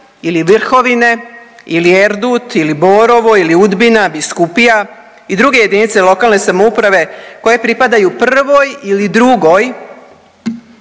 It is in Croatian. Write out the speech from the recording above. ili Vrhovine ili Erdut, ili Borovo, ili Udbina, biskupija i druge jedinice lokalne samouprave koje pripadaju prvoj ili drugoj